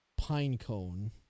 Pinecone